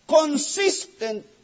consistent